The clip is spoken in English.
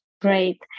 Great